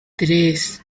tres